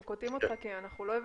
אנחנו קוטעים אותך כי אנחנו לא הבנו.